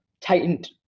tightened